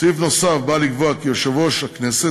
סעיף נוסף בא לקבוע כי יושב-ראש הכנסת,